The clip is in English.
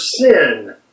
sin